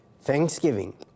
Thanksgiving